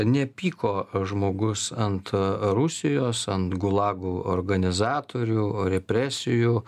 nepyko žmogus ant rusijos ant gulagų organizatorių represijų